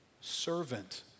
servant